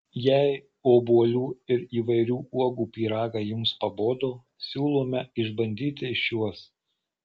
jei obuolių ir įvairių uogų pyragai jums pabodo siūlome išbandyti šiuos